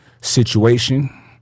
situation